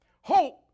Hope